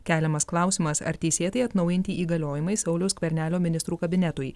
keliamas klausimas ar teisėtai atnaujinti įgaliojimai sauliaus skvernelio ministrų kabinetui